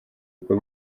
bukwe